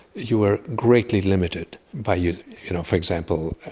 you were greatly limited by, you know for example,